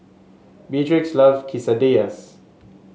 Beatrix love Quesadillas